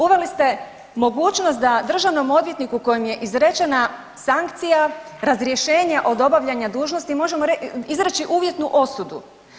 Uveli ste mogućnost da državnom odvjetniku kojem je izrečena sankcija razrješenja od obavljanja dužnosti može mu izreći uvjetnu osudu.